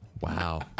Wow